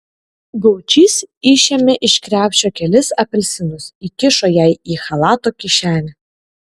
gaučys išėmė iš krepšio kelis apelsinus įkišo jai į chalato kišenę